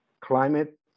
climate